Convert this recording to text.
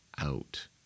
out